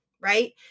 right